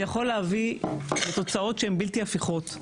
ויכול להביא לתוצאות שהן בלתי הפיכות,